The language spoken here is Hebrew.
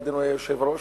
אדוני היושב-ראש,